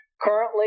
Currently